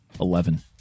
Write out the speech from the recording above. Eleven